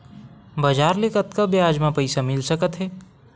बजार ले कतका ब्याज म पईसा मिल सकत हे?